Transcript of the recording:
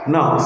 Now